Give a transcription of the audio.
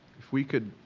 if we could,